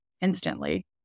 instantly